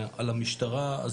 המשטרה,